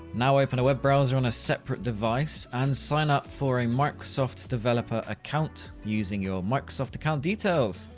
now open a web browser on a separate device and sign up for a microsoft developer account using your microsoft account details.